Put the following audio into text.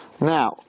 Now